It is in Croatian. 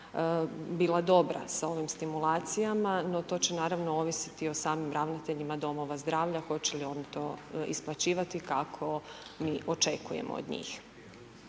bila dobra sa ovim stimulacijama, no to će naravno ovisiti i o samim ravnatelja domova zdravlja hoće li oni to isplaćivati kako mi očekujemo od njih.